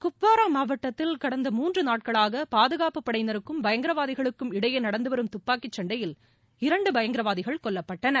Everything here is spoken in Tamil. குப்வாரா மாவட்டத்தில் கடந்த மூன்று நாட்களாக பாதுகாப்பு படையினருக்ககும் பயங்கரவாதிகளுக்கும் இடையே நடந்து வரும் தப்பாக்கி சண்டையில் இரண்டு பயங்கரவாதிகள் கொல்லப்பட்டனர்